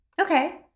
Okay